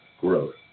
growth